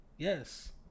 Yes